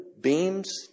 beams